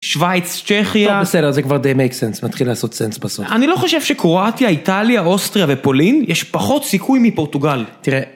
שוויץ, צ'כיה, טוב בסדר זה כבר די מקסנס, מתחיל לעשות סנס בסוף, אני לא חושב שקרואטיה, איטליה, אוסטריה ופולין יש פחות סיכוי מפורטוגל, תראה.